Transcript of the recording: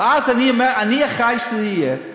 ואז אני אומר: אני אחראי שזה יהיה.